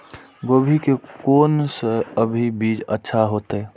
गोभी के कोन से अभी बीज अच्छा होते?